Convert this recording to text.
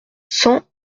cent